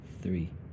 three